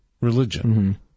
religion